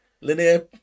Linear